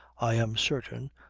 i am certain,